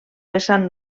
vessant